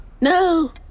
No